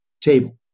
table